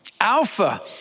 Alpha